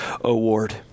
award